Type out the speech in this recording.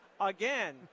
again